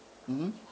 mmhmm